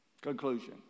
Conclusion